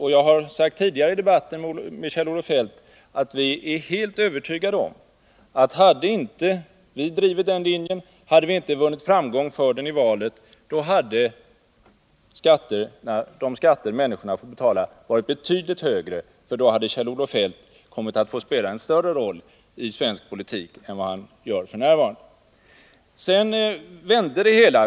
Redan tidigare i debatten med Kjell-Olof Feldt sade jag att vi är övertygade om, att hade vi inte drivit den linjen och vunnit framgång för den i valet, hade de skatter människorna måst betala varit betydligt högre. Då hade nämligen Kjell-Olof Feldt kommit att få spela en större roll i svensk politik än vad han f.n. gör. Sedan vände det hela.